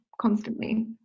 constantly